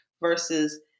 versus